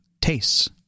tastes